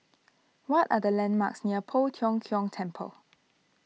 what are the landmarks near Poh Tiong Kiong Temple